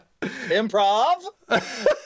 improv